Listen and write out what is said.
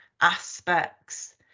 aspects